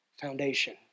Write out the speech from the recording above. foundation